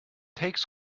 takes